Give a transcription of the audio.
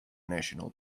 national